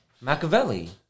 Machiavelli